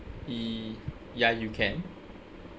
ye~ ya you can